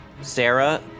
Sarah